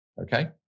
okay